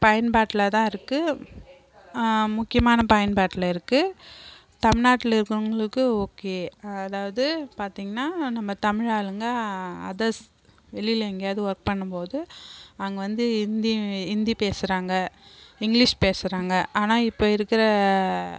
பயன்பாட்டில் தான் இருக்குது முக்கியமான பயன்பாட்டில் இருக்குது தமிழ்நாட்டில் இருக்கவங்களுக்கு ஓகே அதாவது பார்த்திங்கனா நம்ம தமிழ் ஆளுங்கள் அதர்ஸ் வெளியில் எங்கேயாவது ஒர்க் பண்ணும் போது அங்கே வந்து இந்தி இந்தி பேசுகிறாங்க இங்கிலீஷ் பேசுகிறாங்க ஆனால் இப்போ இருக்கிற